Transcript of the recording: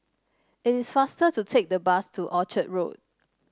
it is faster to take the bus to Orchard Road